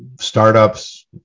startups